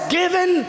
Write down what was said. given